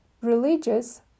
Religious